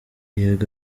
yego